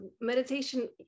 Meditation